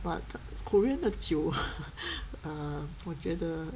but the korean 的酒 jiu err 我觉得 de